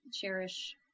Cherish